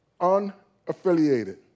unaffiliated